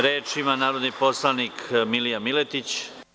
Reč ima narodni poslanik Milija Miletić.